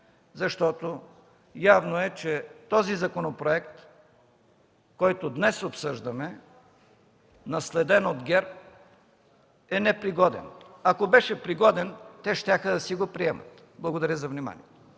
защото явно е, че този законопроект, който днес обсъждаме, наследен от ГЕРБ, е непригоден. Ако беше пригоден, те щяха да си го приемат. Благодаря за вниманието.